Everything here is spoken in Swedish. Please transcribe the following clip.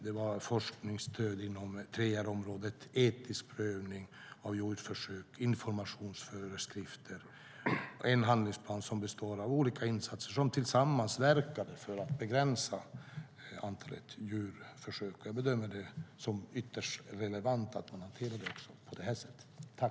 Det var forskningsstöd inom 3R-området, etisk prövning av djurförsök, informationsföreskrifter och en handlingsplan som består av olika insatser som tillsammans verkade för att begränsa antalet djurförsök. Jag bedömer det som ytterst relevant att man hanterar det på det sättet.